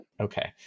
Okay